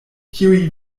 kiuj